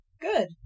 Good